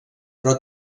però